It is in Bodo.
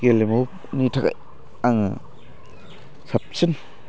गेलेमुनि थाखाय आङो साबसिन